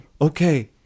okay